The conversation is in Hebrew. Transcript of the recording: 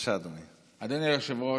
אדוני היושב-ראש,